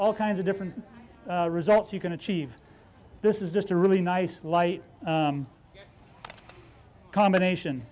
all kinds of different results you can achieve this is just a really nice light combination